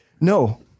No